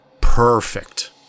perfect